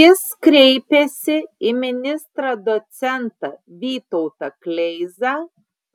jis kreipėsi į ministrą docentą vytautą kleizą